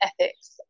ethics